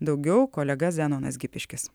daugiau kolega zenonas gipiškis